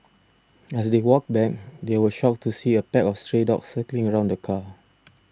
as they walked back they were shocked to see a pack of stray dogs circling around the car